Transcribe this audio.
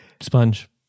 Sponge